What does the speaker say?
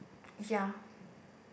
ya